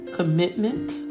Commitment